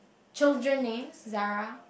children names Zara